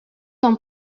dans